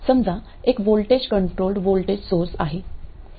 समजा एक voltage control voltage source आहे